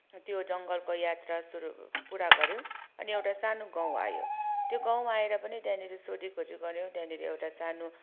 त्यो जङ्गलको यात्रा सुरु पुरा गऱ्यौँ अनि एउटा सानो गाउँ आयो त्यो गाउँमा आएर पनि त्यहाँनिर सोधिखोजि गऱ्यौँ त्यहाँनिर एउटा सानो